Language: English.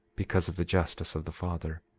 because of the justice of the father.